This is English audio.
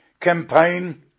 campaign